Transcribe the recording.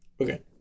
Okay